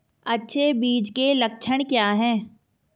अच्छे बीज के लक्षण क्या हैं?